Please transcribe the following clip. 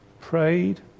prayed